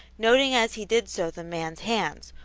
noting as he did so the man's hands,